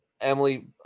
Emily